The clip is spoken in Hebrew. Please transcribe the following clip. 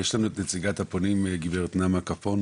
יש לנו את נציגת הפונים, גברת נעמה קפון,